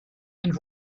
and